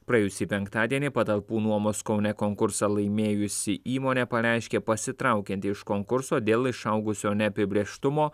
praėjusį penktadienį patalpų nuomos kaune konkursą laimėjusi įmonė pareiškė pasitraukianti iš konkurso dėl išaugusio neapibrėžtumo